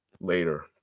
later